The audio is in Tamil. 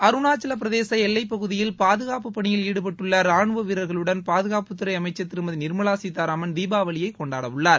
அருணாச்சலப் பிரதேசம் எல்லைப்பகுதியில் பாதுகாப்புப்பணியில் ஈடுபட்டுள்ள ரானுவ வீரர்களுடன் பாதுகாப்புத்துறை அமைச்சர் திருமதி நிர்மலா சீதாராமன் தீபாவளியை கொண்டாடவுள்ளார்